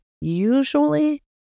usually